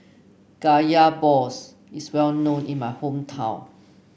Kaya Balls is well known in my hometown